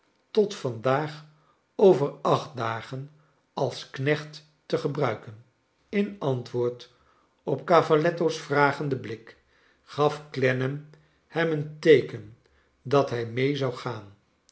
tot vandaag over acht dagen als kneeht te gebruiken in antwoord op cavalletto's vragenden blik gaf clennam hem een teeken dat hij mee zou gaan